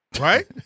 right